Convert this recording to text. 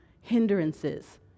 hindrances